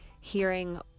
hearing